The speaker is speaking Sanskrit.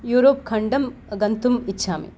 यूरोप् खण्डं गन्तुम् इच्छामि